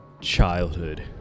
childhood